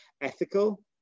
ethical